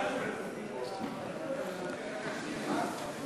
חוק שירות ביטחון (תיקון מס'